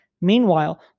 Meanwhile